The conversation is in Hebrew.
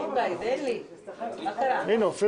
נתנו זמן